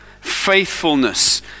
faithfulness